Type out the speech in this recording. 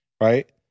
right